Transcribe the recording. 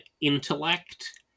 intellect